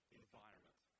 environment